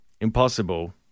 Impossible